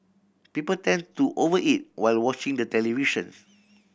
people tend to over eat while watching the television